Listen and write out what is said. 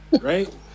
right